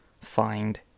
find